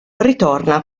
ritorna